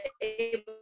able